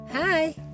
Hi